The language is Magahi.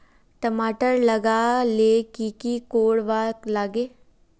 टमाटर लगा ले की की कोर वा लागे?